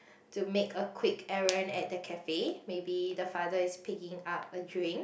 to make a quick errand at the cafe maybe the father is picking up a drink